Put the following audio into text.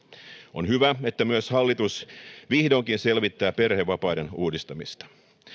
on hyvä että myös hallitus vihdoinkin selvittää perhevapaiden uudistamista